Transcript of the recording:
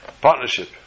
Partnership